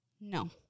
no